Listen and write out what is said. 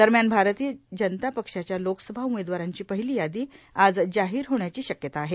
दरम्यान भारतीय जनता पक्षाच्या लोकसभा उमेदवारांची पहिली यादी आज जाहीर होण्याची शक्यता आहे